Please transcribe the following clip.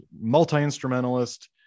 multi-instrumentalist